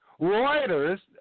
Reuters